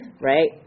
right